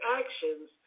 actions